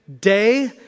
day